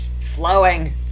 Flowing